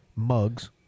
Mugs